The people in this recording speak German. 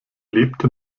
lebte